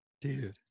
Dude